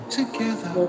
together